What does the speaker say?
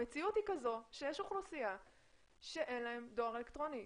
המציאות היא כזאת שיש אוכלוסייה שאין לה דואר אלקטרוני,